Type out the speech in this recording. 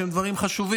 שהם דברים חשובים.